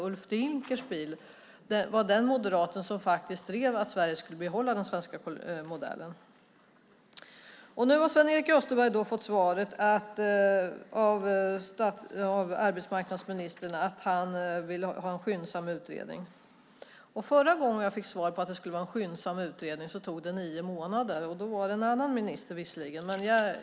Ulf Dinkelspiel var den moderat som drev att Sverige skulle behålla den svenska modellen. Nu har Sven-Erik Österberg av arbetsmarknadsministern fått svaret att han vill ha en skyndsam utredning. Förra gången jag fick svar att det skulle bli en skyndsam utredning tog det nio månader. Det var visserligen en annan minister.